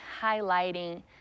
highlighting